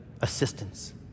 assistance